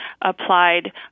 applied